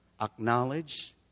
acknowledge